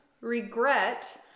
Regret